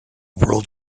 world